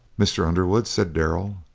mr. underwood, said darrell,